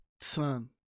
Son